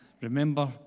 Remember